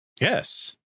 Yes